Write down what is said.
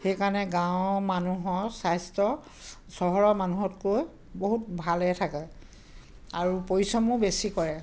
সেইকাৰণে গাঁৱৰ মানুহৰ স্বাস্থ্য চহৰৰ মানুহতকৈ বহুত ভালে থাকে আৰু পৰিশ্ৰমো বেছি কৰে